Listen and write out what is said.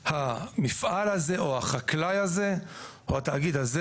המפעל הזה או החקלאי הזה או התאגיד הזה